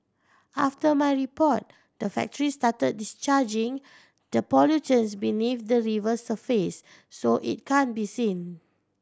after my report the factory start discharging the pollutants beneath the river surface so it can be seen